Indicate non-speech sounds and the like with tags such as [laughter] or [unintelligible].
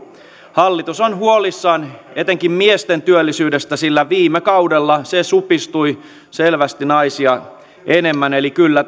hallitus on huolissaan etenkin miesten työllisyydestä sillä viime kaudella se supistui selvästi naisia enemmän eli kyllä [unintelligible]